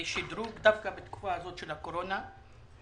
לשדרוג בתקופה הזאת של הקורונה.